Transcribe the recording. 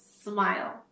smile